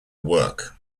work